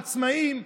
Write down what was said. העצמאים,